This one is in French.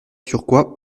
turquois